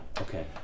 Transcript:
okay